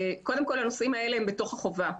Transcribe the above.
קודם כל, הנושאים האלה הם בתוך החובה.